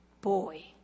boy